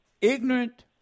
ignorant